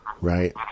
right